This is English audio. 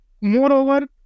Moreover